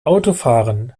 autofahren